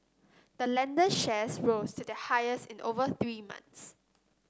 the lender shares rose to their highest in over three months